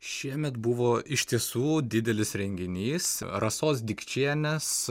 šiemet buvo iš tiesų didelis renginys rasos dikčienės